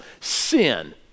sin